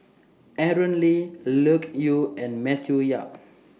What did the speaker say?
Aaron Lee Loke Yew and Matthew Yap